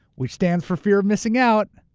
which stands for, fear of missing out.